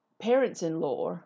parents-in-law